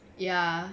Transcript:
ya